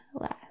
less